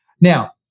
Now